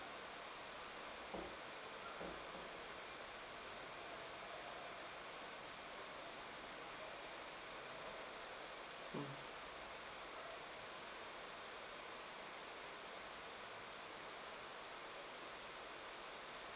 mm